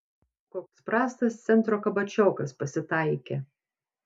koks prastas centro kabačiokas pasitaikė